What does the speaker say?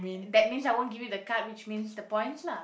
that means I won't give you the card which means the points lah